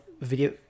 video